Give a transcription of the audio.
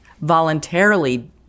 voluntarily